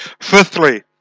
Fifthly